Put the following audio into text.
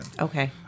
Okay